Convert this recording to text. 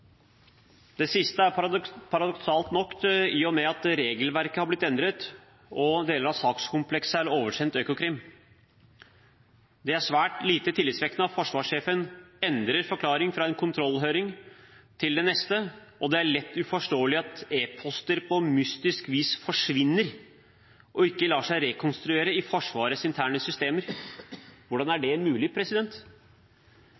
Det siste er paradoksalt i og med at regelverket har blitt endret og deler av sakskomplekset er blitt oversendt Økokrim. Det er svært lite tillitvekkende at forsvarssjefen endrer forklaring fra en kontrollhøring til den neste. Og det er lett uforståelig at e-poster på mystisk vis forsvinner og ikke lar seg rekonstruere i Forsvarets interne systemer. Hvordan er